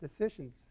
decisions